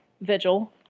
vigil